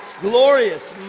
Glorious